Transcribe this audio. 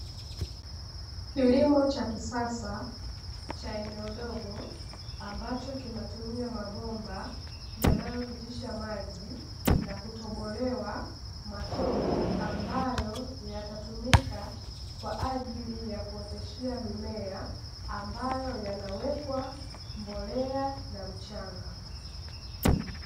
Kilimo cha kisasa cha eneo dogo ambacho kinatumia mabomba yanayopitisha maji na kutobolewa matobo, ambayo yatatumika kwa ajili ya kuoteshea mimea ambayo yanawekwa mbolea na mchanga.